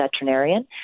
veterinarian